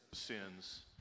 sins